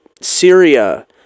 Syria